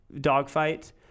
dogfight